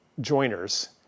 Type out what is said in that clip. joiners